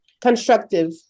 constructive